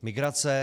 Migrace.